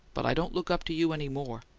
but i don't look up to you any more!